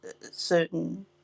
certain